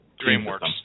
dreamworks